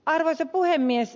arvoisa puhemies